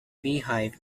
beehive